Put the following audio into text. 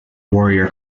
warrior